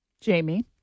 Jamie